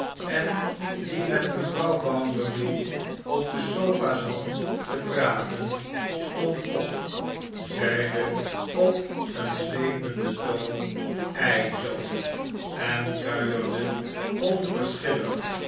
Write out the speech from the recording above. en die met mevrouw bounderby op de sofa zat te praten stond op zeide op een slependen toon ei zoo en kuierde